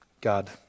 God